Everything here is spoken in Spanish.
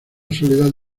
soledad